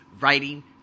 writing